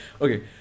Okay